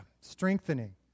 strengthening